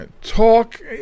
talk